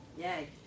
Yay